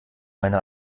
meine